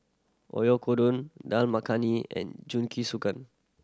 Oyakodon Dal Makhani and Jingisukan